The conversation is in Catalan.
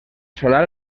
solar